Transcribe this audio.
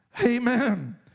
Amen